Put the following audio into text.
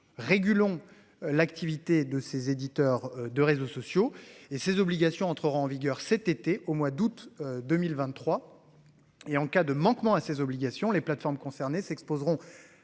régulons l'activité de ces éditeurs de réseaux sociaux et ces obligations entrera en vigueur cet été au mois d'août 2023. Et en cas de manquement à ses obligations. Les plateformes concernées s'exposeront